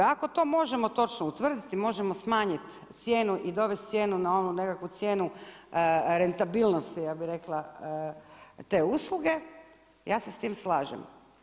Ako to možemo točno utvrditi i možemo smanjiti cijenu i dovesti cijenu na onu nekakvu cijenu rentabilnosti ja bih rekla te usluge, ja se sa time slažem.